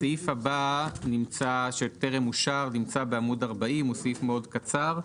הסעיף הבא שטרם אושר נמצא בעמוד 40. הוא סעיף מאוד קצר.